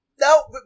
no